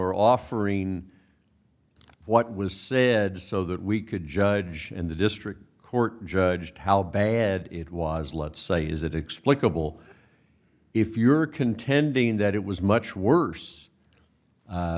or offering what was said so that we could judge in the district court judge how bad it was let's say is that explicable if you're contending that it was much worse